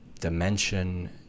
dimension